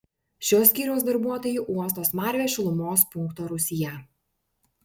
šio skyriaus darbuotojai uosto smarvę šilumos punkto rūsyje